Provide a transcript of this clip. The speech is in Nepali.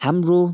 हाम्रो